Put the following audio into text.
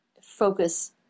focus